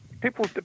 People